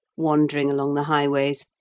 wandering along the highways,